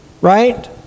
Right